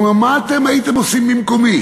הוא אמר: מה אתם הייתם עושים במקומי?